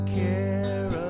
care